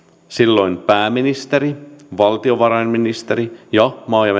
silloin pääministeri valtionvarainministeri ja maa ja